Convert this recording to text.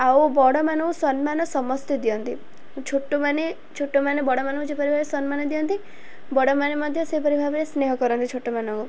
ଆଉ ବଡ଼ମାନଙ୍କୁ ସମ୍ମାନ ସମସ୍ତେ ଦିଅନ୍ତି ଛୋଟମାନେ ଛୋଟମାନେ ବଡ଼ମାନଙ୍କୁ ଯେପରି ଭାବରେ ସମ୍ମାନ ଦିଅନ୍ତି ବଡ଼ମାନେ ମଧ୍ୟ ସେହିପରି ଭାବରେ ସ୍ନେହ କରନ୍ତି ଛୋଟମାନଙ୍କୁ